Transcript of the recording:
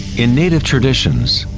in native traditions,